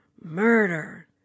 murder